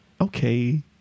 okay